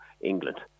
England